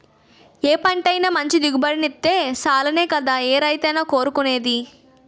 ఏ పంటైనా మంచి దిగుబడినిత్తే సాలనే కదా ఏ రైతైనా కోరుకునేది?